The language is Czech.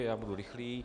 Já budu rychlý.